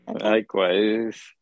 Likewise